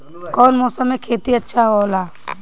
कौन मौसम मे खेती अच्छा होला?